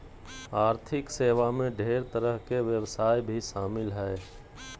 आर्थिक सेवा मे ढेर तरह के व्यवसाय भी शामिल हय